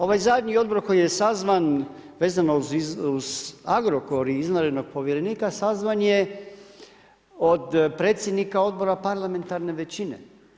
Ovaj zadnji odbor koji je sazvan vezano uz Agrokor i izvanrednog povjerenika, sazvan je od predsjednika odbora parlamentarne većine.